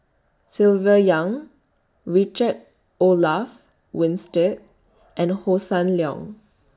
Silvia Yong Richard Olaf Winstedt and Hossan Leong